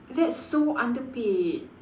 that's so underpaid